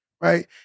Right